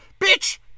Bitch